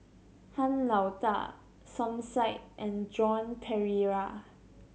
Han Lao Da Som Said and Joan Pereira